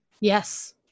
Yes